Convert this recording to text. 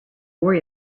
worry